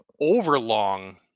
overlong